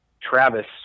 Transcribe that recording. travis